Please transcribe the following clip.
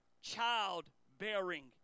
childbearing